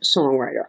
songwriter